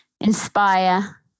inspire